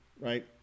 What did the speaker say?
right